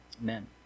amen